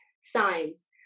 signs